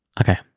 okay